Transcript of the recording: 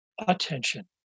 attention